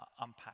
unpack